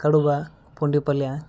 ಕಡುಬು ಪುಂಡಿಪಲ್ಯ